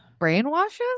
brainwashes